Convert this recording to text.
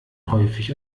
häufig